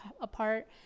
apart